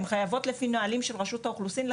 הן מחויבות לכך לפי נהלים של רשות האוכלוסין.